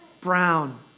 brown